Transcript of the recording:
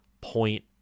point